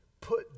put